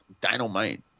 dynamite